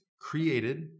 created